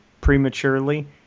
prematurely